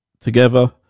together